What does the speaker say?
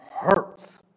hurts